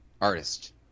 artist